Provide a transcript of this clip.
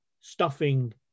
stuffing